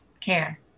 care